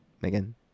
Megan